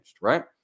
right